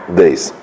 days